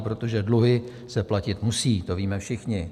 Protože dluhy se platit musí, to víme všichni.